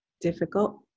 difficult